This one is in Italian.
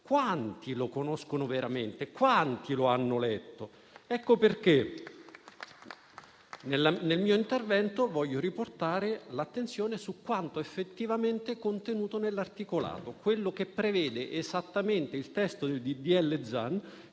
quanti lo conoscono veramente? Quanti lo hanno letto? Ecco perché nel mio intervento voglio riportare l'attenzione su quanto effettivamente è contenuto nell'articolato, quello che prevede esattamente il testo del disegno